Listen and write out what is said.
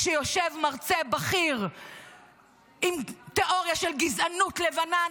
כשיושב מרצה בכיר עם תיאוריה של גזענות לבנה,